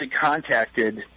contacted